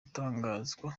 atangazwa